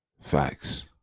Facts